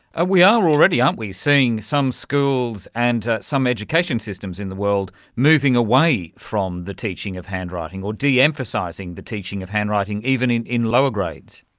we are already um seeing some schools and some education systems in the world moving away from the teaching of handwriting or deemphasising the teaching of handwriting, even in in lower grades.